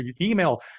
Email